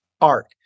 art